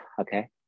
okay